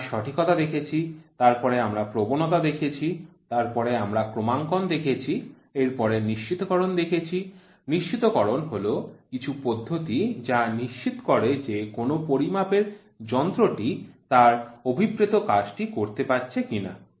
আমরা সঠিকতা দেখেছি তারপরে আমরা প্রবণতা দেখেছি এরপরে আমরা ক্রমাঙ্কন দেখেছি এরপরে নিশ্চিতকরণ দেখেছি নিশ্চিতকরণ হল কিছু পদ্ধতি যা নিশ্চিত করে যে কোন পরিমাপের যন্ত্রাংশটি তার অভিপ্রেত কাজটি করতে পারছে কিনা